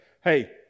hey